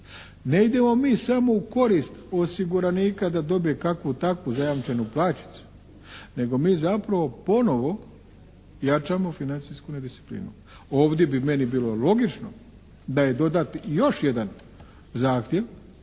Ne idemo mi samo u korist osiguranika da dobije kakvu takvu zajamčenu plaćicu, nego mi zapravo ponovo jačamo financijsku nedisciplinu. Ovdje bi meni bilo logično da je dodan još jedan zahtjev